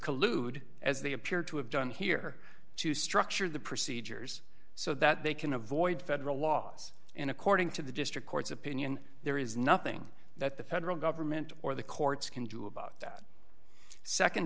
collude as they appear to have done here to structure the procedures so that they can avoid federal laws and according to the district court's opinion there is nothing that the federal government or the courts can do about that